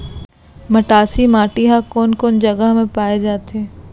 मटासी माटी हा कोन कोन जगह मा पाये जाथे?